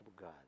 God